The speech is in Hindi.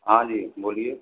हाँ जी बोलिए